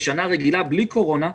בשנה רגילה ללא קורונה,